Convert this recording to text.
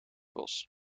bos